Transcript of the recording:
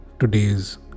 Today's